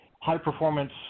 high-performance